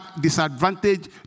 disadvantage